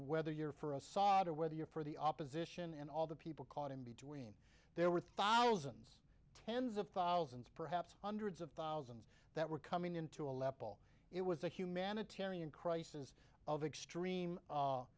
whether you're for assad or whether you're for the opposition and all the people caught in between there were thousands tens of thousands perhaps hundreds of thousands that were coming in to aleppo it was a humanitarian crisis of extreme